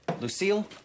lucille